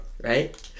right